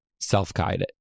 self-guided